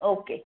okay